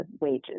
wages